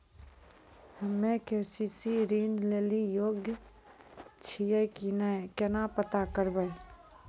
हम्मे के.सी.सी ऋण लेली योग्य छियै की नैय केना पता करबै?